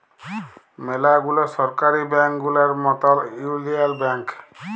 ম্যালা গুলা সরকারি ব্যাংক গুলার মতল ইউলিয়াল ব্যাংক